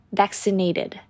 vaccinated